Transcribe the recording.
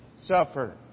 Suffer